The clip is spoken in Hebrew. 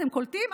אתם קולטים?